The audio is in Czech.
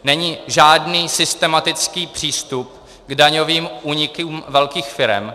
Není žádný systematický přístup k daňovým únikům velkých firem.